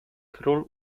król